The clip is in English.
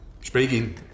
Speaking